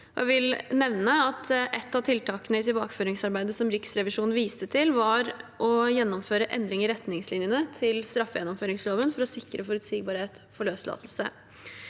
Jeg vil nevne at et av tiltakene i tilbakeføringsarbeidet som Riksrevisjonen viste til, var å gjennomføre endring i retningslinjene til straffegjennomføringsloven for å sikre forutsigbarhet ved løslatelse.